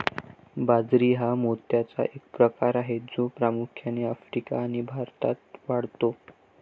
बाजरी हा मोत्याचा एक प्रकार आहे जो प्रामुख्याने आफ्रिका आणि भारतात वाढतो